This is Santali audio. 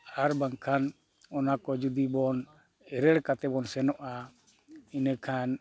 ᱟᱨ ᱵᱟᱝ ᱠᱷᱟᱱ ᱚᱱᱟ ᱠᱚ ᱡᱩᱫᱤ ᱵᱚᱱ ᱮᱨᱮᱲ ᱠᱟᱛᱮᱫ ᱵᱚᱱ ᱥᱮᱱᱚᱜᱼᱟ ᱤᱱᱟᱹ ᱠᱷᱟᱱ